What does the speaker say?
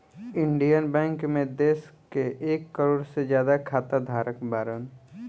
Indian Bank मे देश के एक करोड़ से ज्यादा खाता धारक बाड़न